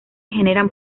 generan